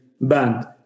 band